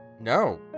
No